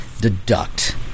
deduct